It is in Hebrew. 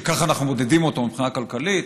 וככה אנחנו מודדים אותו מבחינה כלכלית,